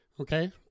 okay